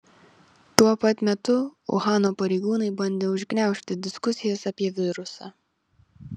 tuo pat metu uhano pareigūnai bandė užgniaužti diskusijas apie virusą